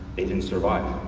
they didn't survive.